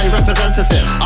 representative